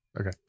Okay